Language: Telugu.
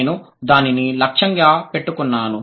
నేను దానిని లక్ష్యంగా పెట్టుకున్నాను